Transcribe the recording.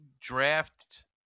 draft